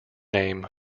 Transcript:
name